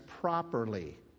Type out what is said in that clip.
properly